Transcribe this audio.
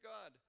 God